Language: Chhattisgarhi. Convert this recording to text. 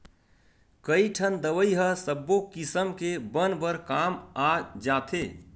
कइठन दवई ह सब्बो किसम के बन बर काम आ जाथे